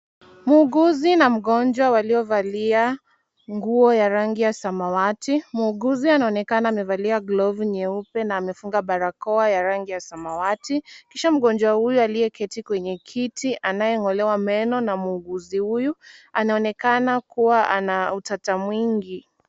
Muuguzi na mgonjwa waliovalia nguo ya rangi ya samawati. Muuguzi anaonekana amevalia glovu nyeupe na amefunga barakoa ya rangi ya samawati kisha mgonjwa huyu aliyeketi kwenye kiti anayeng'olewa meno na muuguzi huyu anaonekana kuwa ana utata mwingi.